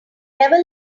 never